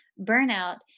burnout